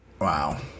Wow